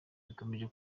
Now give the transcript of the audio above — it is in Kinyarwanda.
bikomeje